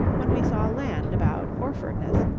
when we saw land about orfordness,